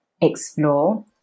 explore